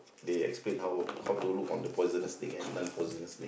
they explain how how to look on the poisonous snake and non poisonous snake